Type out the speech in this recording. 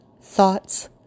thoughts